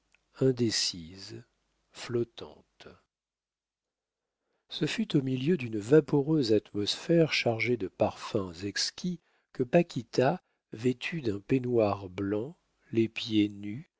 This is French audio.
indécises flottantes ce fut au milieu d'une vaporeuse atmosphère chargée de parfums exquis que paquita vêtue d'un peignoir blanc les pieds nus